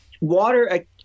water